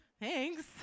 Thanks